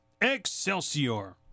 Excelsior